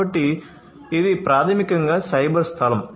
కాబట్టి ఇది ప్రాథమికంగా సైబర్ స్థలం